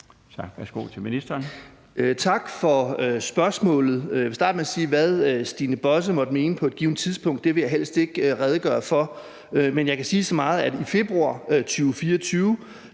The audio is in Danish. med at sige, at hvad Stine Bosse måtte mene på et givent tidspunkt, vil jeg helst ikke redegøre for. Men jeg kan sige så meget, at i februar 2024